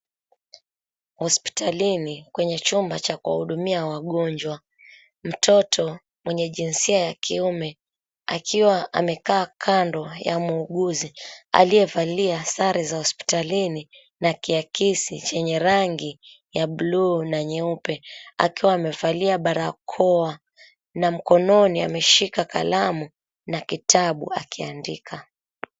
Hospitalini kwenye chumba cha kuwahudumia wagonjwa. Mtoto mwenye jinsia ya kiume akiwa amekaa kando ya muuguzi aliyevalia sare za hospitalini na kiakisi chenye rangi ya buluu na nyeupe akiwa amevalia barakoa na mkononi ameshika kalamu na kitabu akiandika.